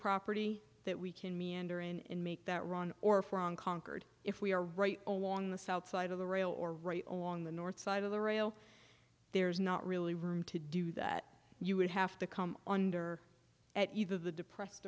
property that we can meander and make that run or conquered if we are right along the south side of the rail or right along the north side of the rail there's not really room to do that you would have to come under at either the depressed